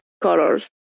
colors